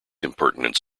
impertinence